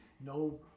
no